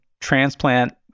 transplant